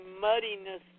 muddiness